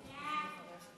סעיפים 1 5